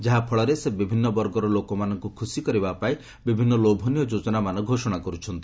ଯାହାଫଳରେ ସେ ବିଭିନ୍ନ ବର୍ଗର ଲୋକମାନଙ୍କୁ ଖୁସି କରିବା ପାଇଁ ବିଭିନ୍ନ ଲୋଭନୀୟ ଯୋଜନାମାନ ଘୋଷଣା କରୁଛନ୍ତି